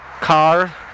car